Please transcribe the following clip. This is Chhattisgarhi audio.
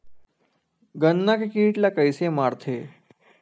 गन्ना के कीट ला कइसे मारथे?